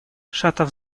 шатов